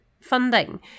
funding